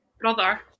brother